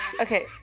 Okay